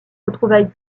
retrouvailles